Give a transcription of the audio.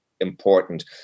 important